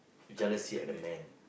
jealousy at a man